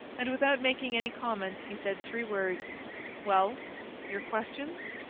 and without making any comment he said three words well your questions?